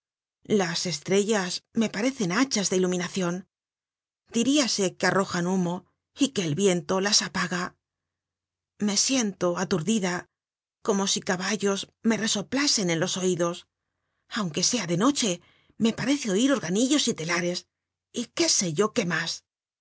las estrellas me parecen hachas de iluminacion diríase que arrojan humo y que el viento las apaga me siento aturdida como si caballos me resoplasen en los oidos aunque sea de noche me parece oir organillos y telares y qué sé yo qué mas